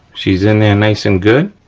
she's in there nice and good.